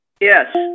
Yes